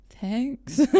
thanks